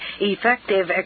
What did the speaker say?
effective